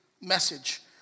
message